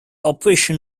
operation